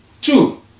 Two